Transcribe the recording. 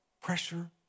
pressure